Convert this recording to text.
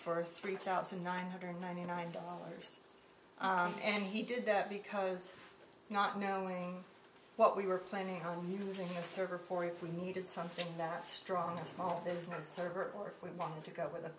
for three thousand nine hundred ninety nine dollars and he did that because not knowing what we were planning on using a server for if we needed something that strong a small business server or if we wanted to go with